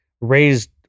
raised